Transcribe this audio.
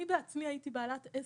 אני בעצמי הייתי בעלת עסק,